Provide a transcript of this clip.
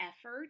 effort